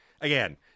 again